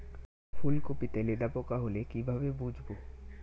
ফুলকপিতে লেদা পোকা হলে কি ভাবে বুঝবো?